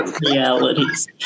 realities